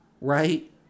right